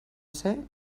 ser